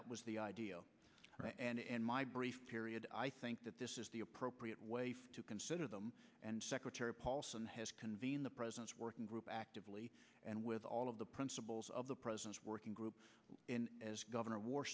that was the idea and my brief period i think that this is the appropriate way to consider them and secretary paulson has convened the president's working group actively and with all of the principles of the president's working group in as governor war